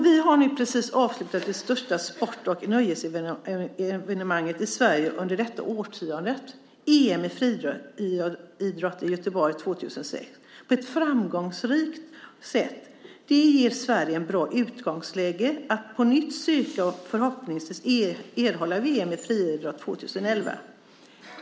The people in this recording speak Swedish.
Vi har nu precis avslutat det största sport och nöjesevenemanget i Sverige under detta årtionde - EM i friidrott i Göteborg 2006. Det var framgångsrikt. Det ger Sverige ett bra utgångsläge att på nytt söka och förhoppningsvis erhålla VM i friidrott 2011.